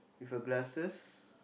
with a glasses